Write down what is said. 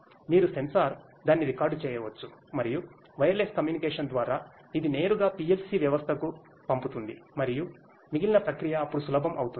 మీరు సెన్సార్ దాన్ని రికార్డ్ చేయవచ్చు మరియు వైర్లెస్ కమ్యూనికేషన్ ద్వారా ఇది నేరుగా PLC వ్యవస్థకు పంపుతుంది మరియు మిగిలిన ప్రక్రియ అప్పుడు సులభం అవుతుంది